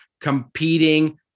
competing